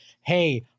hey